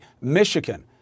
Michigan